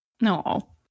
No